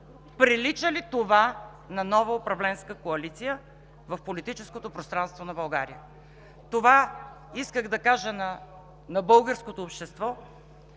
Прилича ли това на нова управленска коалиция в политическото пространство на България? Това исках да кажа на българското общество,